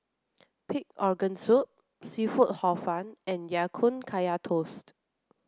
pig organ soup seafood hor fun and Ya Kun Kaya Toast